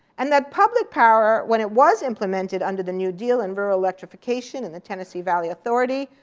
and that public power, when it was implemented under the new deal in rural electrification in the tennessee valley authority,